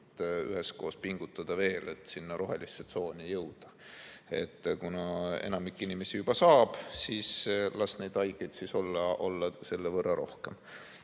üheskoos pingutada, et sinna rohelisse tsooni jõuda. Kuna enamik inimesi juba saab, siis las neid haigeid olla selle võrra rohkem.